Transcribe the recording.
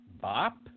Bop